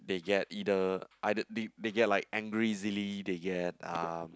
they get either ei~ they they get like angry easily they get uh